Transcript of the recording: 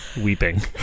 weeping